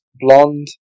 Blonde